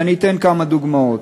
ואני אתן כמה דוגמאות: